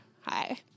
Hi